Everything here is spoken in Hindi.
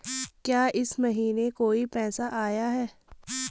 क्या इस महीने कोई पैसा आया है?